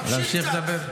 תמשיך קצת.